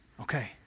Okay